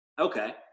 Okay